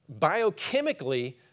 biochemically